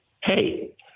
hey